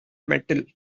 metal